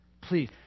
Please